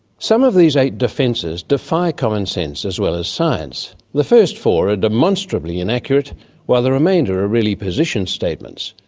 some of these eight defences defy common sense as well as science. the first four are demonstrably inaccurate while the remainder are really position statements,